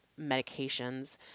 medications